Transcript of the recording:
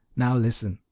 now, listen.